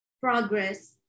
progress